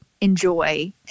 enjoy